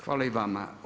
Hvala i vama.